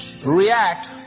react